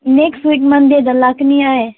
next week ꯃꯟꯗꯦꯗ ꯂꯥꯛꯀꯅꯤ ꯑꯩ